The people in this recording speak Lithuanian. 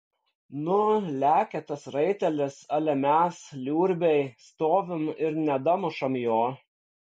nu lekia tas raitelis ale mes liurbiai stovim ir nedamušam jo